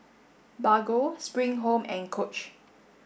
Bargo Spring Home and Coach